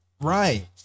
Right